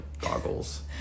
goggles